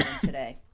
today